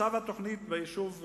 מצב התוכנית ביישוב בית-ג'ן,